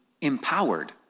empowered